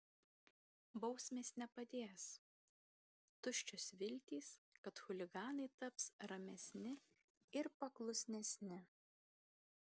bausmės nepadės tuščios viltys kad chuliganai taps ramesni ir paklusnesni